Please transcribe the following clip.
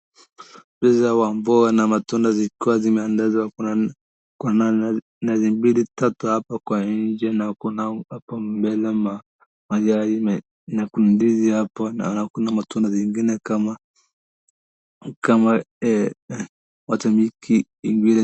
Pesa wa mbo na matunda zikuwa zimeandazwa. Kuna nani nazi mbili tatu hapa kwa nje na kuna hapo mbele mayai na kundizi hapo na kuna matunda zingine kama kama eeh watamiki.